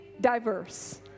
diverse